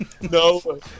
no